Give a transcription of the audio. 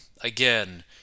again